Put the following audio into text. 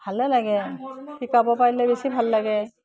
ভালে লাগে শিকাব পাৰিলে বেছি ভাল লাগে